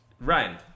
ryan